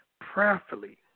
prayerfully